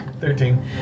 Thirteen